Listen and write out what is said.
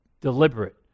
deliberate